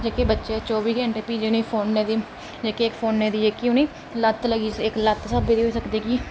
जेह्के बच्चे चौह्बी घंटे जेह्के फोनै दी जेह्की उ'नेंगी लत्त लग्गी